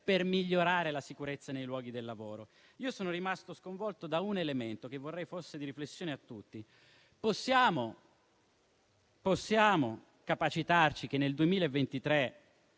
per migliorare la sicurezza nei luoghi di lavoro. Io sono rimasto sconvolto da un elemento che vorrei fosse di riflessione per tutti: possiamo capacitarci che nel 2023